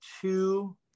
two